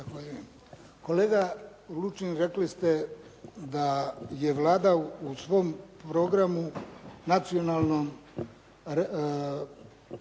Kolega Lučin, rekli ste da je Vlada u svom programu nacionalnom